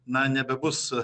na nebebus